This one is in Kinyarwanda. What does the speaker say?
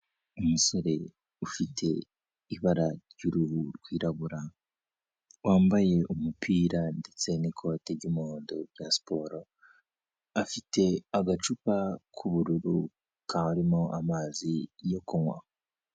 Umusore ufite ibara ry'uruhu rwirabura. Wambaye umupira ndetse n'ikoti ry'umuhondo rya siporo, afite agacupa k'ubururu, karimo amazi yo kunywa.